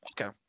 okay